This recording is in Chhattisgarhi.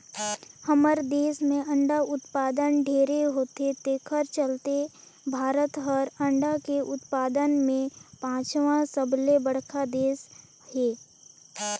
हमर देस में अंडा उत्पादन ढेरे होथे तेखर चलते भारत हर अंडा के उत्पादन में पांचवा सबले बड़खा देस हे